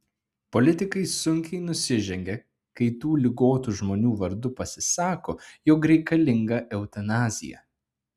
politikai sunkiai nusižengia kai tų ligotų žmonių vardu pasisako jog reikalinga eutanazija